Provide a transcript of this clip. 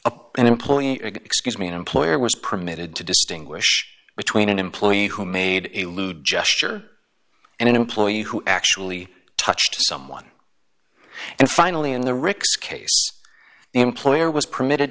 of an employee excuse me an employer was permitted to distinguish between an employee who made a lewd gesture and an employee who actually touched someone and finally in the rick's case the employer was permitted